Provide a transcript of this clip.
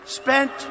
spent